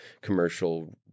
commercial